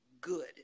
good